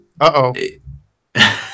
Uh-oh